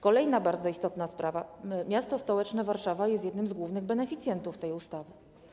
Kolejna bardzo istotna sprawa: m.st. Warszawa jest jednym z głównych beneficjentów tej ustawy.